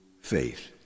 faith